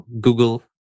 Google